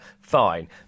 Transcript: fine